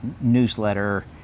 newsletter